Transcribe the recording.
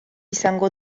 izango